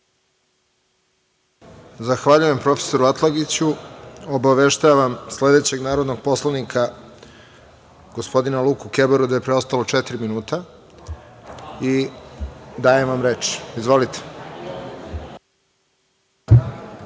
Zahvaljujem, profesoru Atlagiću. Obaveštavam sledećeg narodnog poslanika gospodina Luku Kebaru da je preostalo četiri minuta. Dajem vam reč. Izvolite.